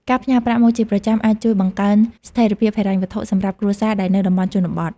ការផ្ញើប្រាក់មកជាប្រចាំអាចជួយបង្កើនស្ថេរភាពហិរញ្ញវត្ថុសម្រាប់គ្រួសារដែលនៅតំបន់ជនបទ។